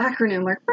acronym